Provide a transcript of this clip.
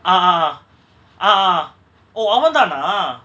ah ah ah ah oh அவந்தானா:avanthanaa